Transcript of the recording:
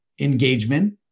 engagement